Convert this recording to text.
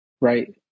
right